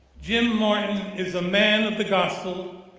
jim martin is a man of the gospel,